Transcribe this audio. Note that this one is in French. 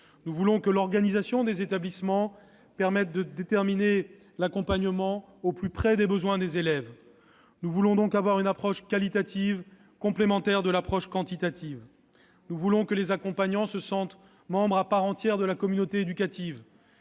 la rentrée, que l'organisation des établissements soit de nature à assurer un accompagnement au plus près des besoins des élèves. Nous voulons avoir une approche qualitative complémentaire de l'approche quantitative, pour que les accompagnants se sentent membres à part entière de la communauté éducative.